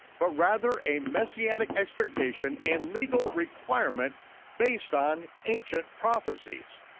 but rather a messianic expectation and legal requirement based on ancient prophecies.